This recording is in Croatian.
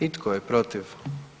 I tko je protiv?